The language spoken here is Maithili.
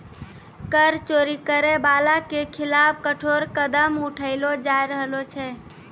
कर चोरी करै बाला के खिलाफ कठोर कदम उठैलो जाय रहलो छै